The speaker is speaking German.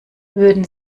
würden